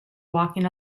walking